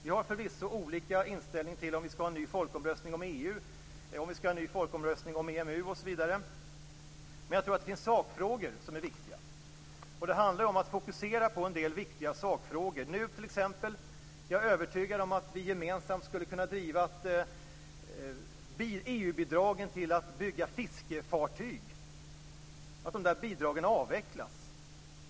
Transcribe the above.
Vi har förvisso olika inställning till om vi skall ha en ny folkomröstning om EU, om vi skall ha en ny folkomröstning om EMU osv. men jag tror att det finns sakfrågor som är viktiga. Det handlar om att fokusera på en del sådana viktiga sakfrågor. Jag är t.ex. övertygad om att vi gemensamt skulle kunna driva frågan om att de EU-bidrag avvecklas som går till att bygga fiskefartyg.